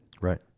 Right